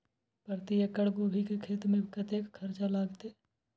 प्रति एकड़ गोभी के खेत में कतेक खर्चा लगते?